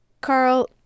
Carl